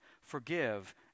Forgive